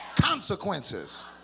consequences